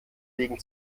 liegen